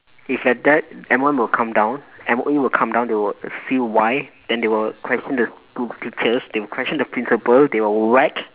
if like that M_O_M will come down M_O_E will come down they will see why then they will question the school teachers they will question the principal they will whack